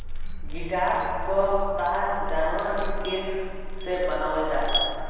guitar क तार जानवर के केस से बनावल जाला